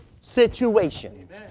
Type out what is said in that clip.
situations